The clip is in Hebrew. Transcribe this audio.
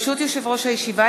ברשות יושב-ראש הישיבה,